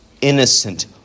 innocent